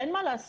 אין מה לעשות.